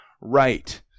right